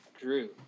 Drew